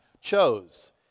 chose